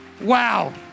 Wow